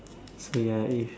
so ya if